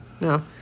no